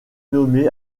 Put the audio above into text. nommé